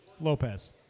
Lopez